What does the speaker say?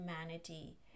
humanity